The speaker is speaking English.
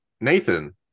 Nathan